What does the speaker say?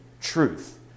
truth